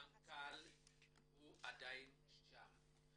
המנכ"ל עדיין שם.